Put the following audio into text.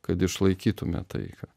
kad išlaikytume taiką